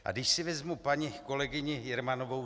A když si vezmu paní kolegyni Jermanovou.